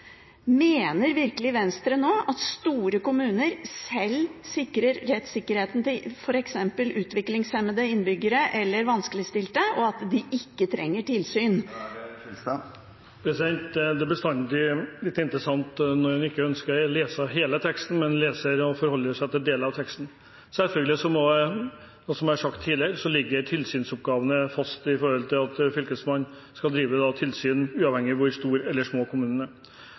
Mener Venstre virkelig at store kommuner sjøl sikrer rettssikkerheten til f.eks. utviklingshemmede innbyggere eller vanskeligstilte, og at de ikke trenger tilsyn? Det er bestandig litt interessant når en ikke ønsker å lese hele teksten, men leser – og forholder seg til – deler av teksten. Som jeg har sagt tidligere, ligger tilsynsoppgavene selvfølgelig fast, i den forstand at Fylkesmannen skal drive tilsyn, uavhengig av hvor stor eller